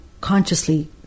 consciously